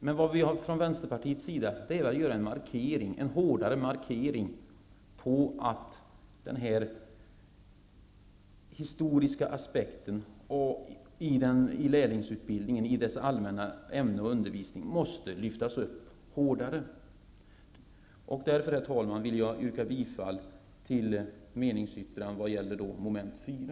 Men vi har från Vänsterpartiets sida velat göra en hårdare markering av att den historiska aspekten i de allmänna ämnena i lärlingsutbildningen måste lyftas fram i större utsträckning. Herr talman! Jag vill yrka bifall till meningsyttringen i vad gäller mom. 4.